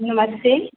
नमस्ते